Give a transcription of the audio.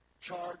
charge